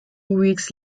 weeks